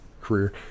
career